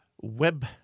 web